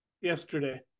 yesterday